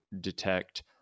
detect